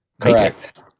correct